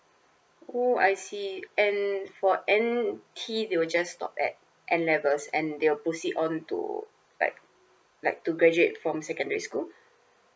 oh I see and for N_T they will just stop at N levels and they will proceed on to like like to graduate from secondary school